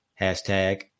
Hashtag